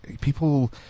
people